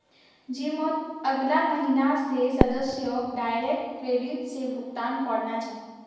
जिमत अगला महीना स सदस्यक डायरेक्ट क्रेडिट स भुक्तान करना छ